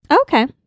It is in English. Okay